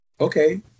okay